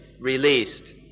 released